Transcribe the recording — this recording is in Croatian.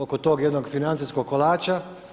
Oko tog jednog financijskog kolača.